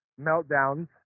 meltdowns